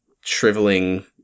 shriveling